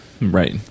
Right